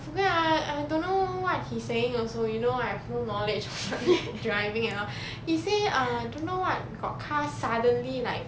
I forget ah I don't know what he saying also you know I have no knowledge of driving at all he say err don't know what got car suddenly like